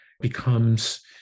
becomes